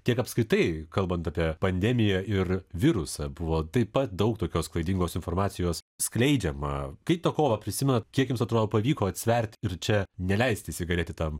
tiek apskritai kalbant apie pandemiją ir virusą buvo taip pat daug tokios klaidingos informacijos skleidžiama kaip tą kovą prisimenat kiek jums atrodo pavyko atsvert ir čia neleisti įsigalėti tam